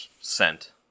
scent